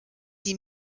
die